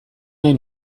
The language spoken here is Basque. nahi